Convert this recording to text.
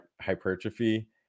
hypertrophy